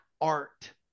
art